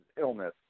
illness